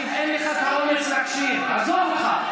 להפסיק לעלות להר הבית, תקשיב לי.